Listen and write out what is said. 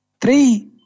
three